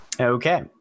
Okay